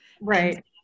Right